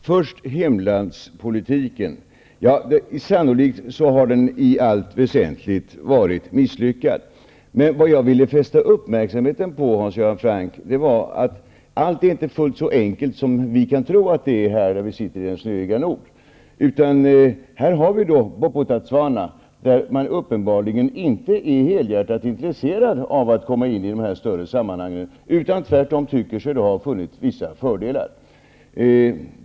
Herr talman! Hemlandspolitiken har sannolikt i allt väsentligt varit misslyckad. Men det jag vill fästa uppmärksamheten på, Hans Göran Franck, var att allt inte är fullt så enkelt som vi kan tro att det är när vi sitter i den snöiga nord. Här har vi Bophuthatswana där man uppenbarligen inte är helhjärtat intresserad av att komma in i de större sammanhangen, utan tvärtom tycker sig ha funnit vissa fördelar.